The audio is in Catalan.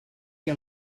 què